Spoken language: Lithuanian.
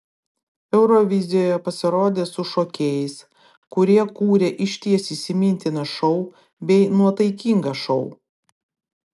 eurovizijoje pasirodė su šokėjais kurie kūrė išties įsimintiną šou bei nuotaikingą šou